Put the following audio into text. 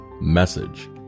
message